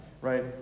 right